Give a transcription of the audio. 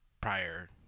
prior